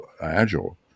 Agile